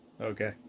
Okay